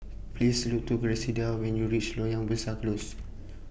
Please Look to Griselda when YOU REACH Loyang Besar Close